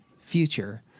future